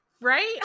Right